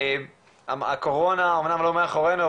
הקורונה אמנם לא מאחורינו,